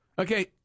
Okay